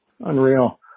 Unreal